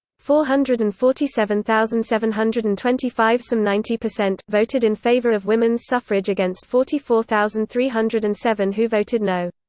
four hundred and forty seven thousand seven hundred and twenty five some ninety percent voted in favour of women's suffrage against forty four thousand three hundred and seven who voted no.